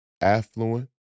affluent